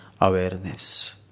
awareness